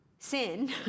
sin